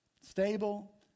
Stable